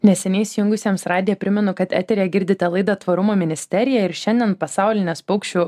neseniai įsijungusiems radiją primenu kad eteryje girdite laidą tvarumo ministerija ir šiandien pasaulinės paukščių